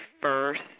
first –